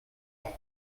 off